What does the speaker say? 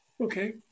Okay